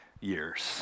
years